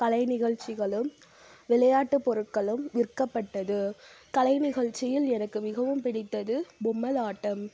கலை நிகழ்ச்சிகளும் விளையாட்டு பொருட்களும் விற்கப்பட்டது கலை நிகழ்ச்சியில் எனக்கு மிகவும் பிடித்தது பொம்மலாட்டம்